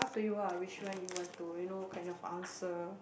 up to you ah which one you want to you know kind of answer